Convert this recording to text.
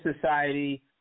society